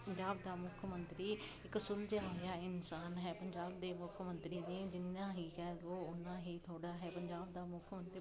ਪੰਜਾਬ ਦਾ ਮੁੱਖ ਮੰਤਰੀ ਇੱਕ ਸੁਲਝਿਆ ਹੋਇਆ ਇਨਸਾਨ ਹੈ ਪੰਜਾਬ ਦੇ ਮੁੱਖ ਮੰਤਰੀ ਨੇ ਜਿੰਨਾ ਹੀ ਕਹਿ ਲਓ ਉੰਨਾ ਹੀ ਥੋੜ੍ਹਾ ਹੈ ਪੰਜਾਬ ਦਾ ਮੁੱਖ ਮੰਤਰੀ